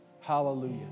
Hallelujah